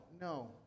no